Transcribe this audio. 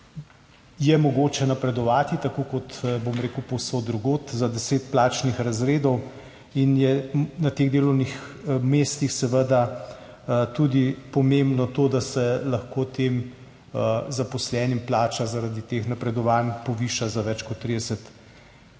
mogoče napredovati, tako kot povsod drugod, za 10 plačnih razredov. In je na teh delovnih mestih seveda tudi pomembno to, da se lahko tem zaposlenim plača zaradi teh napredovanj poviša za več kot 30 %.